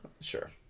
Sure